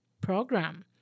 Program